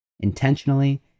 intentionally